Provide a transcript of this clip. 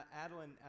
Adeline